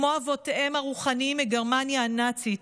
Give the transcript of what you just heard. כמו אבותיהם הרוחניים מגרמניה הנאצית,